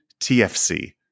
tfc